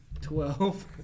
twelve